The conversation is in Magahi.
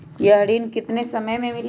यह ऋण कितने समय मे मिलेगा?